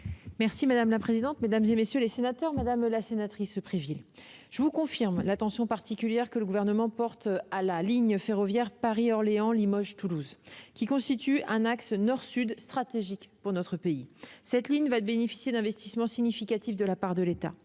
! La parole est à Mme la secrétaire d'État. Madame la sénatrice Préville, je vous confirme l'attention particulière que le Gouvernement porte à la ligne ferroviaire Paris-Orléans-Limoges-Toulouse, qui constitue un axe nord-sud stratégique pour notre pays. Cette ligne bénéficiera d'investissements significatifs de la part de l'État